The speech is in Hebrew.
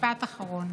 משפט אחרון.